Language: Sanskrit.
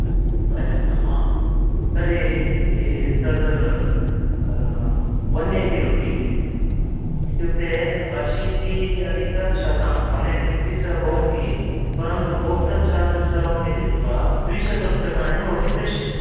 पर्याप्तं वा तर्हि तद् वन् एटी रुपीस् इत्युक्ते अशीति अधिकः शतं वन् एटी रुपीस् भवति परन्तु पोस्टल् चार्जस् सर्वं मिलित्वा द्विशतं रूप्यकाणि भवती प्रेषयतु